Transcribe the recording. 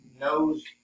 Knows